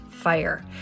fire